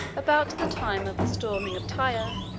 about the time of the storming of tyre,